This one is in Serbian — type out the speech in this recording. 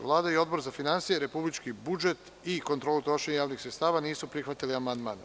Vlada i Odbor za finansije, republički budžet i kontrolu trošenja javnih sredstava nisu prihvatili amandman.